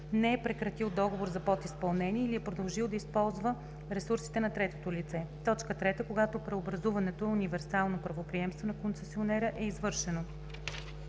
не е прекратил договор за подизпълнение или е продължил да използва ресурсите на третото лице; 3. когато преобразуването с универсално правоприемство на концесионера е извършено: